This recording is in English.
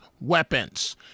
weapons